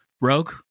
Rogue